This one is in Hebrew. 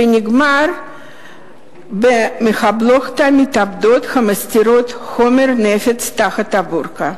ונגמר במחבלות המתאבדות המסתירות חומר נפץ תחת הבורקה.